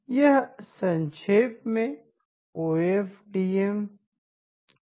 यह संक्षेप में ओ एफ डी एम है